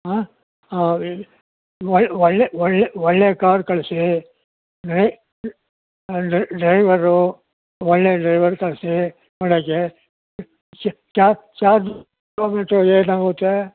ಹಾಂ ಹಾಂ ಹೇಳಿ ಒಳ್ಳೆ ಒಳ್ಳೆ ಒಳ್ಳೆ ಒಳ್ಳೆ ಕಾರ್ ಕಳಿಸಿ ಡ್ರೈವರು ಒಳ್ಳೆ ಡ್ರೈವರ್ ಕಳಿಸಿ ಮಾಡೋಕೆ ಚ್ ಕ್ಯಾಬ್ ಚಾರ್ಜ್ ಕಿಲೋಮೀಟರು ಏನಾಗುತ್ತೆ